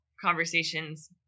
conversations